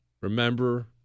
Remember